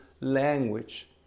language